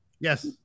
Yes